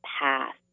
path